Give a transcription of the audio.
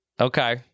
Okay